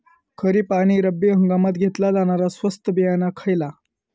खरीप आणि रब्बी हंगामात घेतला जाणारा स्वस्त बियाणा खयला?